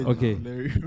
Okay